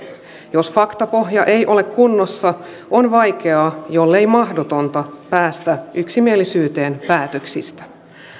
jos faktapohja ei ole kunnossa on vaikeaa jollei mahdotonta päästä yksimielisyyteen päätöksistä